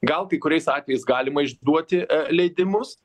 gal kai kuriais atvejais galima išduoti leidimus